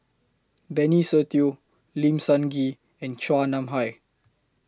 Benny Se Teo Lim Sun Gee and Chua Nam Hai